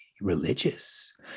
religious